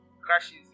crashes